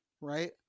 Right